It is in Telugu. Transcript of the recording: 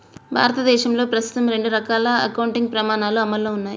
భారతదేశంలో ప్రస్తుతం రెండు రకాల అకౌంటింగ్ ప్రమాణాలు అమల్లో ఉన్నాయి